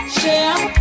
share